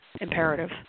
imperative